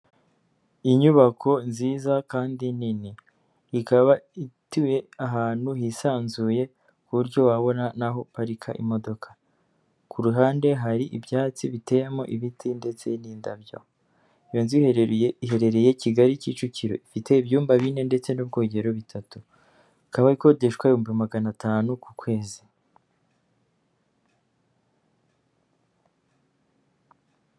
Inyubako nziza kandi nini, ikaba ituye ahantu hisanzuye ku buryo wabona n'aho uparika imodoka, ku ruhande hari ibyatsi biteyemo ibiti ndetse n'indabyo, iyo nzu iherereye Kigali Kicukiro, ifite ibyumba bine ndetse n'ubwogero butatu, ikaba ikodeshwa ibihumbi magana atanu ku kwezi.